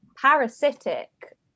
parasitic